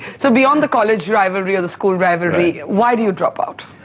so beyond the college rivalry, or the school rivalry, why did you drop out?